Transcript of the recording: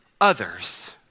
others